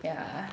yeah